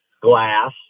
glass